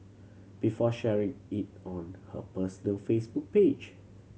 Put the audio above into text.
before sharing it on her personal Facebook page